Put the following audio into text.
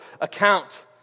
account